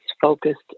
focused